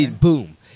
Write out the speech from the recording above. boom